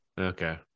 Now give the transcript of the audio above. okay